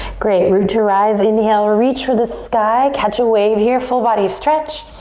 great, root to rise. inhale, reach for the sky. catch a wave here. full body stretch.